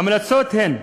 ההמלצות הן: